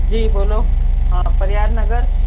जी बोलो हाँ परिहार नगर